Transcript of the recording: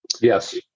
Yes